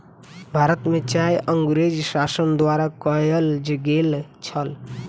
भारत में चाय अँगरेज़ शासन द्वारा कयल गेल छल